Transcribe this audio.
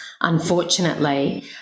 unfortunately